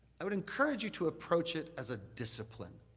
i would encourage you to approach it as a discipline.